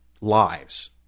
lives